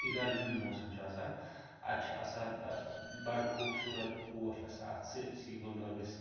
یُِتھٕے گرمی ہُنٛد موسم چھُ آسان اَتہِ چھُ آسان بَڑٕ خوٗبصوٗرت پوش آسان اَتھ سٲرسٕے گُلمرگس